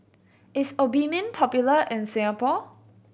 is Obimin popular in Singapore